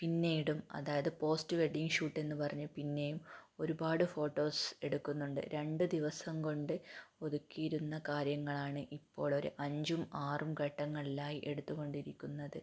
പിന്നീടും അതായത് post wedding ഷൂട്ടെന്ന് പറഞ്ഞ് പിന്നെയും ഒരുപാട് ഫോട്ടോസ് എടുക്കുന്നുണ്ട് രണ്ട് ദിവസം കൊണ്ട് ഒതുക്കിയിരുന്ന കാര്യങ്ങളാണ് ഇപ്പോൾ ഒരു അഞ്ചും ആറും ഘട്ടങ്ങളിലായി എടുത്തുകൊണ്ടിരിക്കുന്നത്